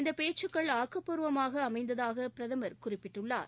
இந்த பேச்சுகள் ஆக்கப்பூர்வமாக அமைந்ததாக பிரதமர் குறிப்பிட்டுள்ளார்